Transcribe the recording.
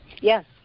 Yes